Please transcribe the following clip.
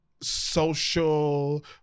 social